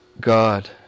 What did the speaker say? God